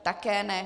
Také ne.